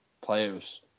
players